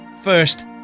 First